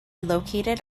located